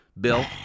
Bill